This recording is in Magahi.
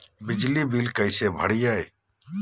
बिजली बिल कैसे भरिए?